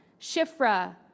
shifra